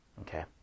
Okay